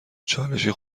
چالشی